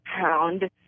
Pound